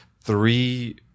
three